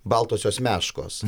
baltosios meškos